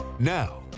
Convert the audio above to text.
Now